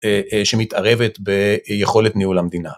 שמתערבת ביכולת ניהול המדינה.